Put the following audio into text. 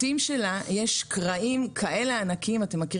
השאלה היא למשרד המשפטים והיא איך מאפשרים